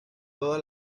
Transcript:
toda